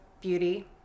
beauty